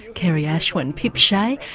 kerry ashwin, pip shea,